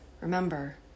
Remember